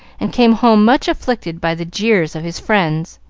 and came home much afflicted by the jeers of his friends.